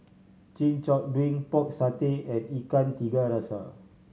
Chin Chow drink Pork Satay and Ikan Tiga Rasa